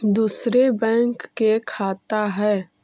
दुसरे बैंक के खाता हैं?